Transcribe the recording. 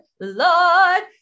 Lord